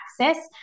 access